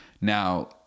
Now